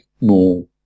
more